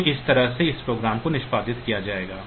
तो इस तरह से इस प्रोग्राम को निष्पादित किया जाएगा